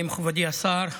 מכובדי השר,